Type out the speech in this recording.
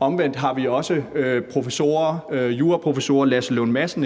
Omvendt har vi også juraprofessorer, eksempelvis Lasse Lund Madsen,